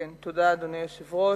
תודה, אדוני היושב-ראש.